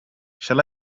shall